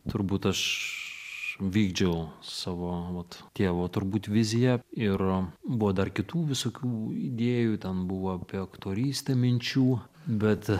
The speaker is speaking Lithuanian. turbūt aš vykdžiau savo vat tėvo turbūt viziją ir buvo dar kitų visokių idėjų ten buvo apie aktorystę minčių bet